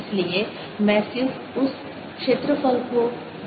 इसलिए मैं सिर्फ उस क्षेत्रफल को बैंगनी में रखूंगा